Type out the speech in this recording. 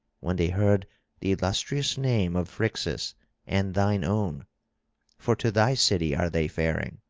when they heard the illustrious name of phrixus and thine own for to thy city are they faring.